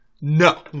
No